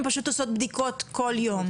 הן פשוט עושות בדיקות כל יום.